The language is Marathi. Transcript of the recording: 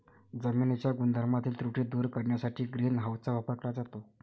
जमिनीच्या गुणधर्मातील त्रुटी दूर करण्यासाठी ग्रीन हाऊसचा वापर केला जातो